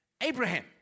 Abraham